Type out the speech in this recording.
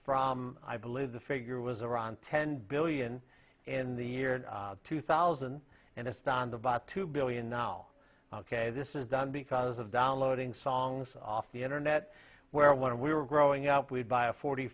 from i believe the figure was around ten billion in the year two thousand and it stands about two billion now ok this is done because of downloading songs off the internet where one we were growing up we'd buy a forty